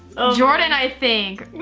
jordan i think.